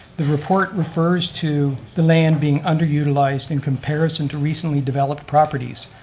the report refers to the land being underutilized in comparison to recently developed properties.